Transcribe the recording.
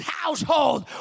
household